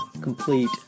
complete